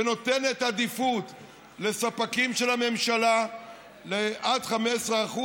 שנותן עדיפות לספקים של הממשלה עד 15%